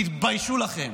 תתביישו לכם.